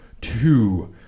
two